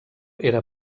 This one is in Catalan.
era